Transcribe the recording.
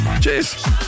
cheers